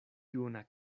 juna